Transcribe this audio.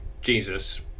Jesus